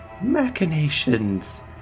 machinations